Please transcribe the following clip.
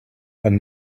and